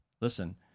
Listen